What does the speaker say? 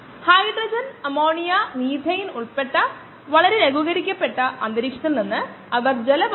നമ്മുടെ കോഴ്സ് നമ്മൾ ഓർക്കുന്നുവെങ്കിൽ നെറ്റ് നിരക്ക് എനിക്കറിയാമെങ്കിൽ നമ്മൾ പറയും നമുക്ക് വളരെ എളുപ്പത്തിൽ സമയം കണ്ടെത്താൻ കഴിയും